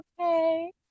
okay